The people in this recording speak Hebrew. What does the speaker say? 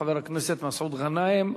חבר הכנסת מסעוד גנאים,